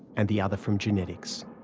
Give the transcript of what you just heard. and the other from genetics.